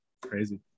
Crazy